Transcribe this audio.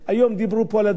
היום דיברו פה על הדיור,